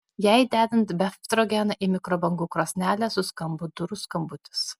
jai dedant befstrogeną į mikrobangų krosnelę suskambo durų skambutis